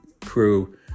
crew